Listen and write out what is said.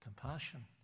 Compassion